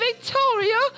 Victoria